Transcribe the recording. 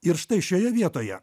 ir štai šioje vietoje